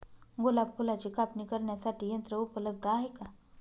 गुलाब फुलाची कापणी करण्यासाठी यंत्र उपलब्ध आहे का?